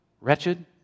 Wretched